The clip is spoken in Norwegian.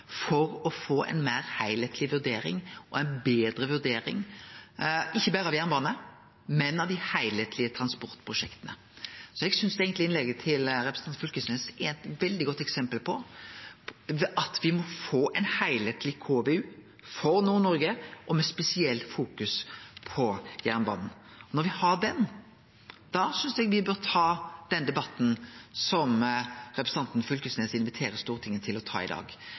for å få ei meir heilskapleg og betre vurdering – ikkje berre av jernbane, men av dei heilskaplege transportprosjekta. Så eg synest eigentleg innlegget til representanten Knag Fylkesnes er eit veldig godt eksempel på at me må få ein heilskapleg KVU for Nord-Noreg – med spesielt fokus på jernbanen. Når me har han, synest eg me bør ta den debatten som representanten Knag Fylkesnes inviterer Stortinget til å ta i dag.